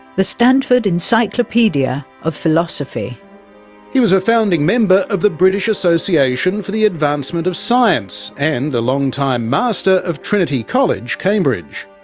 the stanford encyclopaedia of philosophy reading he was a founding member of the british association for the advancement of science and a long-time master of trinity college, cambridge.